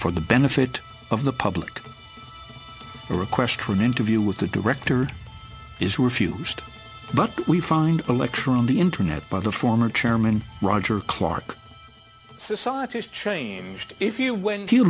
for the benefit of the public a request for an interview with the director is refused but we find a lecture on the internet by the former chairman roger clark society has changed if you when you